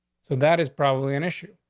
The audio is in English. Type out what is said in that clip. so that is probably an issue.